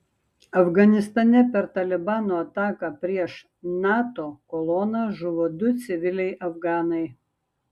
afganistane per talibano ataką prieš nato koloną žuvo du civiliai afganai